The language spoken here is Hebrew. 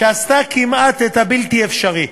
שעשתה כמעט את הבלתי-אפשרי,